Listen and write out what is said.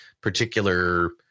particular